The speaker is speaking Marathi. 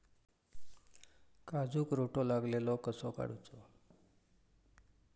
काजूक रोटो लागलेलो कसो काडूचो?